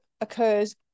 occurs